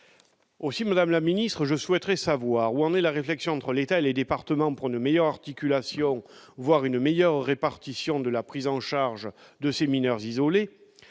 Aussi, madame la ministre, je souhaite savoir où en est la réflexion entre l'État et les départements pour une meilleure articulation, voire une meilleure répartition de la prise en charge de ces mineurs isolés.